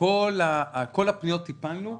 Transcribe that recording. בכל הפניות טיפלנו.